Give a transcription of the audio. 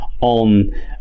on